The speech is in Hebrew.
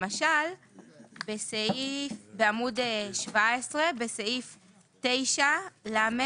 למשל בעמוד 17 בסעיף 9ל,